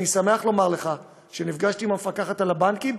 אני שמח לומר לך שנפגשתי עם המפקחת על הבנקים,